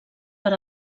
per